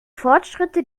fortschritte